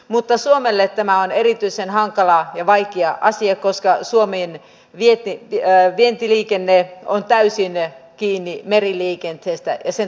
mutta suomelle tämä on erityisen hankala ja vaikea asia koska suomen vientiliikenne on täysin kiinni meriliikenteestä ja sen toiminnasta